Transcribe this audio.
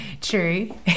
true